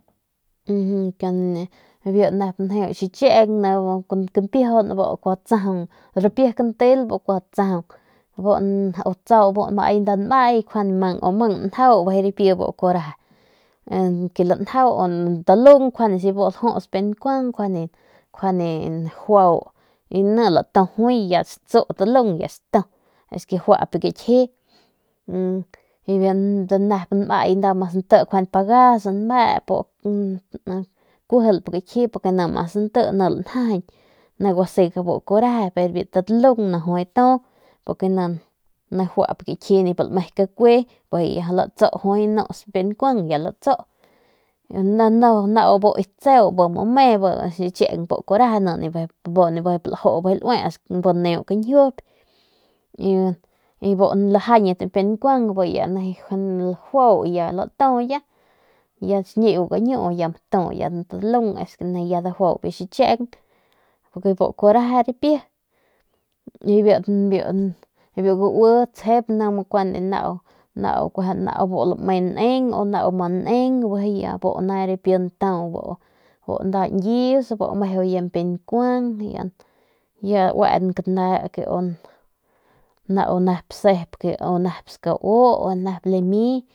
Biu xicheng ni bu ripi kuaju tsajaung kun bu ripi kantel kun bu may nda nmay mang njau bijiy bu ripi kuaju reje biu talung si bu lajuts kampiay nkuang nkjuande juau y ni juay latu si stajuau juay ya tsatsu ya tsatu es ke juap biu kakji y biu ta nep ta nmai mas nte kjuende pagas o nmep kujelp kekji ne mas nte ne lanjajiñ ne siga bu kuaju reje pero si bi ta talung ne jui atu porque nibiu juap bi ta kiji nip lme kacui jui atsu nus kampi nkuang ya gatsu y nau bu ki tseu be mu me bi xicheng bu kuaju ki reje ne nip ljuu nep lue es que neu kinjiup y bu lajañit kampiap nkuang ya neji juau ya ltu ya xñiu kiñuu ya neu mtu es ke ya dajuau bi xicheeng bebu kuaju reje ripie y biu gaue be mu kjuende nau mu lme nen be ya ane ripie ntau nda nyis bu mejo kampia nkuan ya auen cane que u nau nep sep que nep sku au ne limi.